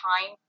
time